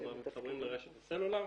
זאת אומרת מתחברים לרשת הסלולר,